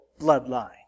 bloodline